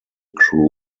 crew